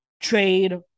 trade